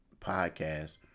podcast